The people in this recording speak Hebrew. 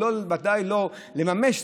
או ודאי לא לממש,